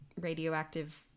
radioactive